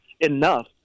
enough